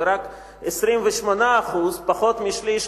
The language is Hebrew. ורק 28% פחות משליש,